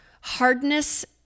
hardness